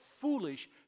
foolish